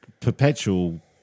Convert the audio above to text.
perpetual